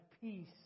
peace